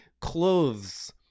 clothes